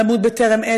למות בטרם עת?